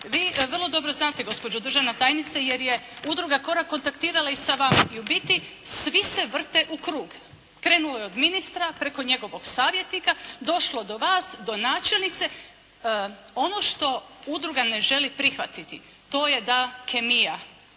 Vi vrlo dobro znate gospođa državna tajnice jer je udruga “Korak“ kontaktirala i sa vama i u biti svi se vrte u krug. Krenulo je od ministra preko njegovog savjetnika. Došlo do vas, do načelnice. Ono što udruga ne želi prihvatiti to je da kemija